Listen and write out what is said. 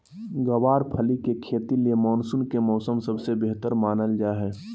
गँवार फली के खेती ले मानसून के मौसम सबसे बेहतर मानल जा हय